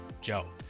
Joe